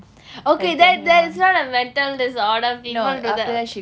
okay that that is not a mental disorder people do that